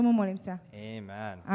Amen